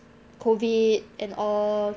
COVID and all